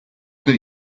that